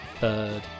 Third